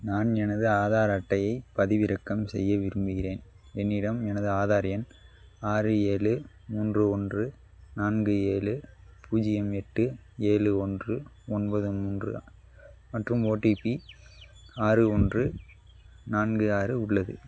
நான் எனது ஆதார் அட்டையைப் பதிவிறக்கம் செய்ய விரும்புகிறேன் என்னிடம் எனது ஆதார் எண் ஆறு ஏழு மூன்று ஒன்று நான்கு ஏழு பூஜ்ஜியம் எட்டு ஏழு ஒன்று ஒன்பது மூன்று மற்றும் ஓடிபி ஆறு ஒன்று நான்கு ஆறு உள்ளது